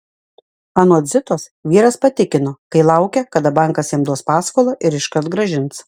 anot zitos vyras patikino kai laukia kada bankas jam duos paskolą ir iškart grąžins